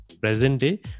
present-day